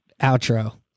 outro